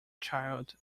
child